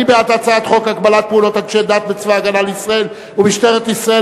מי בעד הצעת חוק הגבלת פעולות אנשי דת בצבא-הגנה לישראל ובמשטרת ישראל,